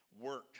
work